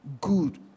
good